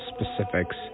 specifics